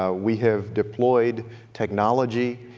ah we have deployed technology